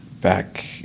back